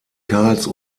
karls